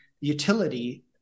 utility